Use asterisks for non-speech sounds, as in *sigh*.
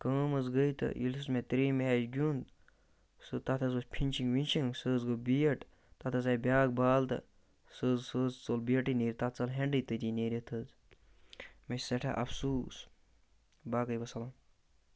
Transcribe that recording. کٲم حظ گٔے تہٕ ییٚلہِ سُہ مےٚ ترٛیٚیِم میچ گیُنٛد سُہ تَتھ حظ *unintelligible* فِنٛشِنٛگ وِنشِنٛگ سُہ حظ گوٚو بیٹ تَتھ حظ آے بیٛاکھ بال تہٕ سُہ حظ سُہ حظ ژوٚل بیٹٕے نیٖرِتھ تَتھ ژٔل ہینٛڈٕے تٔتی نیٖرِتھ حظ مےٚ چھِ سٮ۪ٹھاہ اَفسوٗس باقٕے وَسَلام